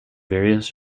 various